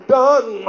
done